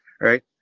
right